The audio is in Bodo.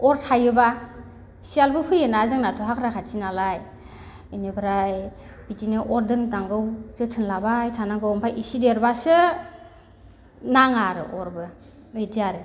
अर थायोबा सियालबो फैयोना जोंनाथ' हाग्रा खाथि नालाय बेनिफ्राय बिदिनो अर दोननांगौ जोथोन लाबाय थानांगौ ओमफ्राय इसे देरबासो नाङा आरो अरबो बिदि आरो